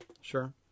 sure